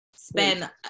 spend